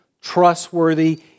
trustworthy